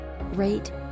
rate